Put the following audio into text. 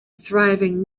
thriving